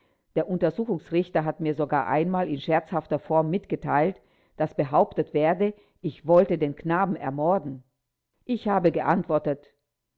der untersuchungsrichter hat mir sogar einmal in scherzhafter form mitgeteilt daß behauptet werde ich wollte den knaben ermorden ich habe geantwortet